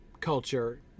culture